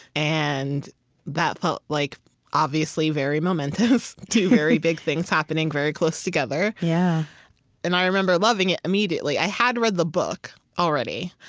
and that felt, like obviously, very momentous, two very big things happening very close together. yeah and i remember loving it immediately. i had read the book already,